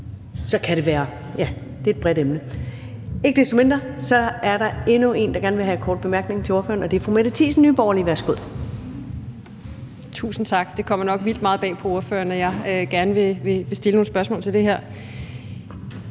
om grundskolen, er det et, ja, bredt emne. Ikke desto mindre er der endnu en, der gerne vil have en kort bemærkning til ordføreren, og det er fru Mette Thiesen, Nye Borgerlige. Værsgo. Kl. 14:24 Mette Thiesen (NB): Tusind tak. Det kommer nok vildt meget bag på ordføreren, at jeg gerne vil stille nogle spørgsmål til det her.